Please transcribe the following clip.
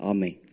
Amen